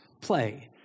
play